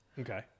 Okay